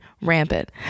rampant